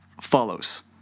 follows